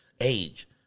age